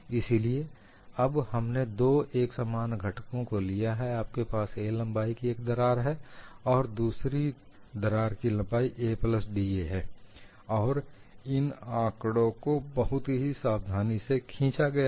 इसीलिए अब हमनें दो एकसमान घटकों को लिया है आपके पास 'a' लंबाई की एक दरार है और दूसरी दरार की लंबाई 'a प्लस da' है और इन आंकड़ों को बहुत ही सावधानी से खींचा गया है